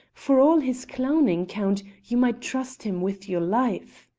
for all his clowning, count, you might trust him with your life.